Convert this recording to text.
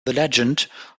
legend